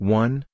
One